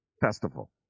festival